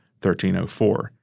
1304